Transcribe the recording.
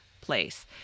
place